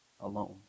alone